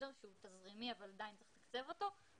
שהוא תזרימי אבל עדיין צריך לתקצב אותו,